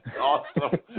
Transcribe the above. Awesome